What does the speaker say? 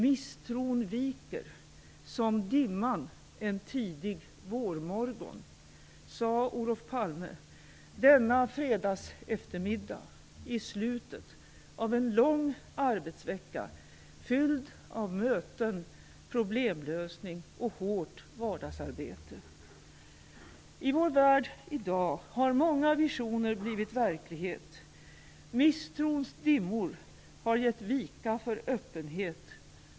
"Misstron viker som dimman en tidig vårmorgon", sade Olof Palme denna fredagseftermiddag i slutet av en lång arbetsvecka fylld av möten, problemlösning och hårt vardagsarbete. I vår värld i dag har många visioner blivit verklighet. Misstrons dimmor har gett vika för öppenhet.